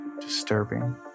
disturbing